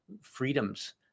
freedoms